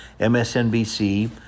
MSNBC